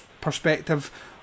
perspective